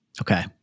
Okay